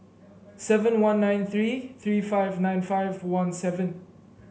seven one nine three three five nine five one seven